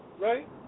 right